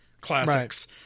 classics